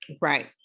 Right